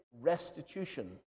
restitution